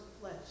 flesh